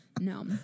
no